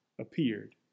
appeared